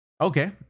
Okay